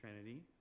Trinity